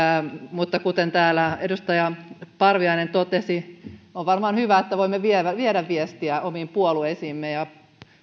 mutta kuten täällä edustaja parviainen totesi on varmaan hyvä että voimme viedä viestiä omiin puolueisiimme ja